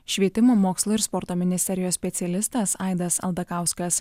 švietimo mokslo ir sporto ministerijos specialistas aidas aldakauskas